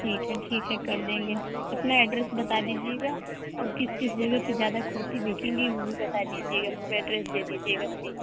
ٹھیک ہے ٹھیک ہے کر دیں گے اپنا ایڈریس بتا دیجیے گا اور کس کس جگہ پہ زیادہ کرتی بکے گی وہ بھی بتا دیجیے گا مجھے ایڈریس دے دیجیے گا ٹھیک